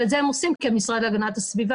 אבל את זה הם עושים כמשרד להגנת הסביבה